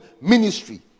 ministry